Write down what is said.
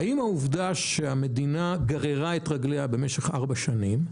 העובדה שהמדינה גררה את רגליה במשך ארבע שנים,